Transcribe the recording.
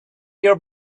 your